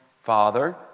father